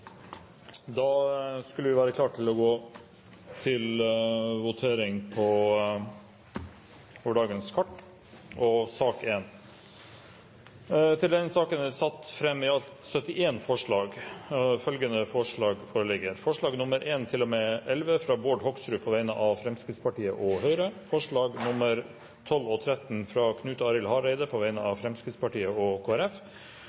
da til votering. Til denne saken er det satt fram i alt 71 forslag. Det er forslagene nr. 1–11, fra Bård Hoksrud på vegne av Fremskrittspartiet og Høyre forslagene nr. 12 og 13, fra Knut Arild Hareide på vegne av